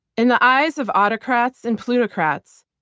in the eyes of autocrats and plutocrats,